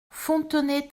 fontenay